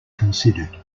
considered